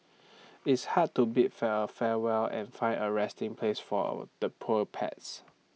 it's hard to bid fare farewell and find A resting place for our the poor pets